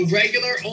regular